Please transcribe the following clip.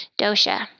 dosha